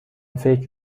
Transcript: فکر